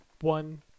one